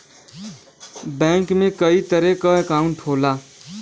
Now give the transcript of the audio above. bank में कई तरे क अंकाउट होला